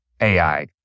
AI